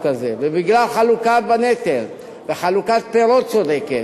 הזה ובגלל החלוקה בנטל וחלוקת פירות צודקת,